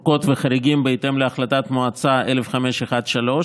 ארכות וחריגים, בהתאם להחלטת מועצה 1513,